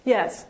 Yes